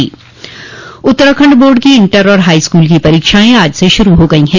श्भकामना उत्तराखण्ड बोर्ड की इण्टर और हाई स्कूल की परीक्षाएं आज से शुरू हो गईं हैं